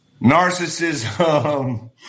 Narcissism